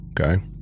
Okay